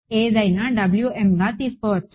ఏదైనా గా తీసుకోవచ్చా